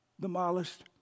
demolished